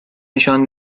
نشان